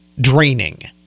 draining